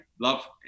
love